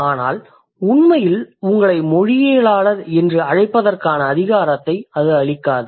ஆனால் உண்மையில் உங்களை மொழியியலாளர் என்று அழைப்பதற்கான அதிகாரத்தை அது அளிக்காது